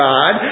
God